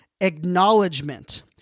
acknowledgement